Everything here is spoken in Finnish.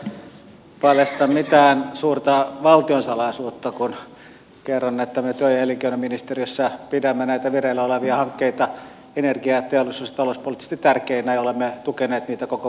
en usko että paljastan mitään suurta valtionsalaisuutta kun kerron että me työ ja elinkeinoministeriössä pidämme näitä vireillä olevia hankkeita energia teollisuus ja talouspoliittisesti tärkeinä ja olemme tukeneet niitä koko vaalikauden ajan